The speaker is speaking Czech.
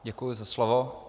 Děkuji za slovo.